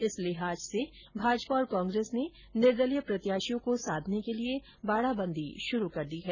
इस लिहाज से भाजपा और कांग्रेस ने निर्दलीय प्रत्याशियों को साधने के लिए बाडाबंदी शुरू कर दी है